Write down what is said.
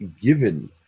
given